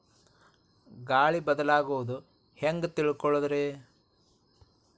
ಗಾಳಿ ಬದಲಾಗೊದು ಹ್ಯಾಂಗ್ ತಿಳ್ಕೋಳೊದ್ರೇ?